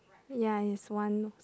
ya is one